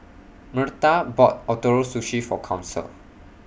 Myrta bought Ootoro Sushi For Council